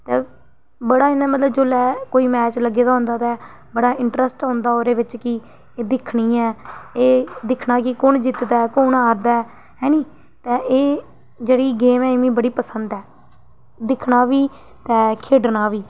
ते बड़ा इ'यां मतलब जोल्लै कोई मैच लग्गे दा होंदा ते बड़ा इंटरस्ट औंदा ओह्दे बिच्च कि एह् दिक्खनी ऐ एह् दिक्खना कि कु'न जित्तदा कु'न हारदा ऐ हैनी ते एह् जेह्ड़ी गेम ऐ एह् मिकी बड़ी पंसद ऐ दिक्खना बी ते खेढना बी